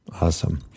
Awesome